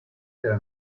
della